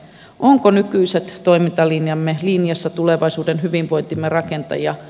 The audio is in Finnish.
onko nykyinen toimintamme linjassa tulevaisuuden hyvinvointimme rakentajana